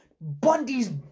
Bundy's